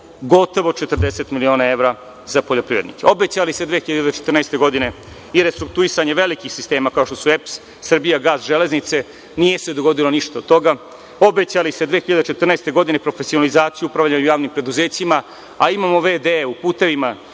gotovo 40 miliona evra za poljoprivrednike. Obećali ste 2014. godine i restrukturiranje velikih sistema kao što su EPS, „Srbijagas“, Železnice, nije se dogodilo ništa od toga. Obećali ste 2014. godine profesionalizaciju u upravljanju javnim preduzećima, a imamo v.d. u „Putevima